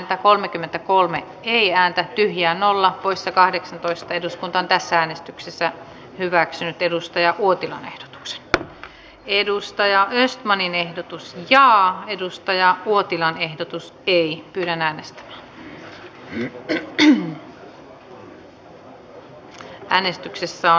l kolmekymmentäkolme ei ääntä tyhjä nolla poissa kahdeksantoista eduskuntaan tässä äänestyksessä hyväksynyt edustaja kuitin ehdotuksesta edustaja östmanin ehdotus ja edustaja puotilan ehdotus ei mietintöä vastaan